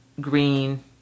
green